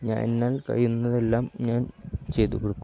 ഞാൻ എന്നാൽ കഴിയുന്നതെല്ലാം ഞാൻ ചെയ്തുകൊടുക്കും